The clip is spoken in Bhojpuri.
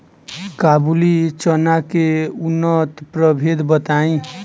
काबुली चना के उन्नत प्रभेद बताई?